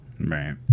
Right